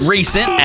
Recent